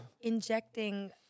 injecting